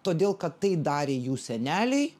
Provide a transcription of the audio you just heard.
todėl kad tai darė jų seneliai